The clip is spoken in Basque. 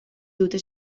dute